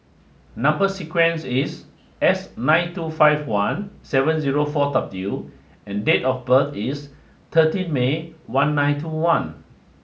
number sequence is S nine two five one seven zero four W and date of birth is thirteen May one nine two one